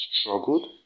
struggled